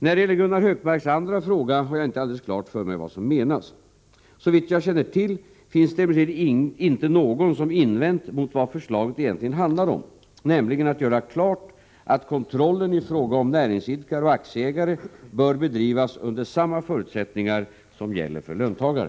När det gäller Gunnar Hökmarks andra fråga har jag inte alldeles klart för mig vad som menas. Såvitt jag känner till finns det emellertid inte någon som invänt mot vad förslaget egentligen handlade om, nämligen att göra klart att kontrollen i fråga om näringsidkare och aktieägare bör bedrivas under samma förutsättningar som gäller för löntagare.